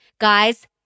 Guys